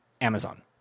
Amazon